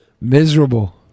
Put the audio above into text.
miserable